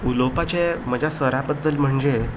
उलोवपाचें म्हज्या सरा बद्दल म्हणजे